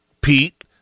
Pete